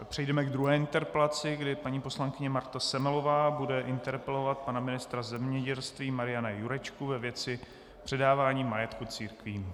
Přejdeme k druhé interpelaci, kdy paní poslankyně Marta Semelová bude interpelovat pana ministra zemědělství Mariana Jurečku ve věci předávání majetku církvím.